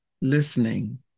listening